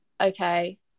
Okay